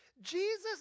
Jesus